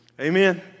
amen